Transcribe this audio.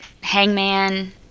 Hangman